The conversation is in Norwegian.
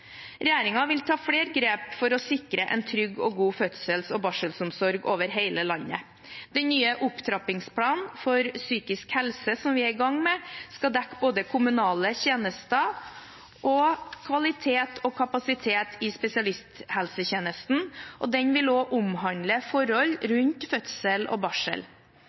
vil ta flere grep for å sikre en trygg og god fødsels- og barselomsorg over hele landet. Den nye opptrappingsplanen for psykisk helse, som vi er i gang med, skal dekke både kommunale tjenester og kvalitet og kapasitet i spesialisthelsetjenesten, og den vil også omhandle forhold rundt fødsel og barsel.